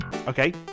Okay